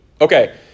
okay